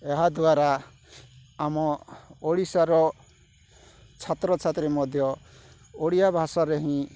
ଏହାଦ୍ୱାରା ଆମ ଓଡ଼ିଶାର ଛାତ୍ରଛାତ୍ରୀ ମଧ୍ୟ ଓଡ଼ିଆ ଭାଷାରେ ହିଁ